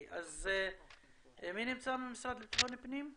אז מי נמצא מהמשרד לבטחון פנים?